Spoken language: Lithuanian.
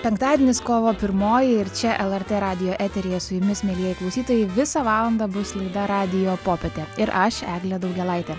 penktadienis kovo pirmoji ir čia lrt radijo eteryje su jumis mielieji klausytojai visą valandą bus laida radijo popietė ir aš eglė daugėlaitė